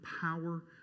power